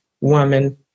woman